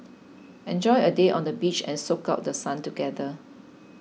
enjoy a day on the beach and soak up The Sun together